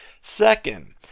Second